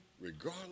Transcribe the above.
regardless